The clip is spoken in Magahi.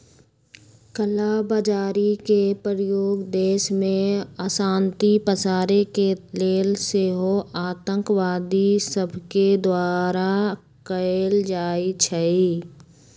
कला बजारी के प्रयोग देश में अशांति पसारे के लेल सेहो आतंकवादि सभके द्वारा कएल जाइ छइ